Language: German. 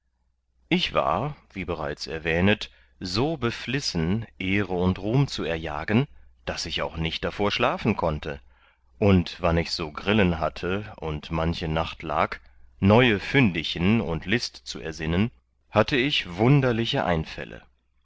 ich war wie bereits erwähnet so beflissen ehre und ruhm zu erjagen daß ich auch nicht davor schlafen konnte und wann ich so grillen hatte und manche nacht lag neue fündichen und list zu ersinnen hatte ich wunderliche einfälle